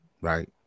right